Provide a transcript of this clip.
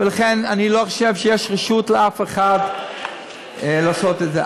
ולכן, אני לא חושב שיש רשות לאף אחד לעשות את זה.